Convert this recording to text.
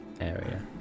area